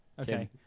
Okay